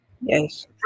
yes